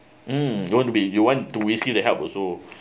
mm going to be you want to receive the help also